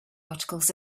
articles